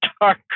dark